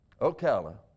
Ocala